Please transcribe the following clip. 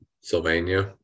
Sylvania